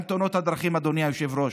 גם תאונות הדרכים, אדוני היושב-ראש,